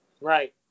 Right